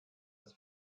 des